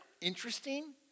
interesting